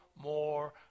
more